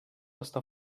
estar